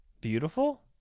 Beautiful